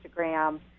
Instagram